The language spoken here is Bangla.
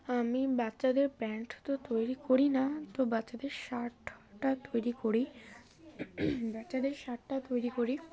আমি বাচ্চাদের প্যান্ট তো তৈরি করি না তো বাচ্চাদের শার্ট টা তৈরি করি বাচ্চাদের শার্ট টা তৈরি করি